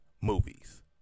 movies